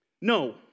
No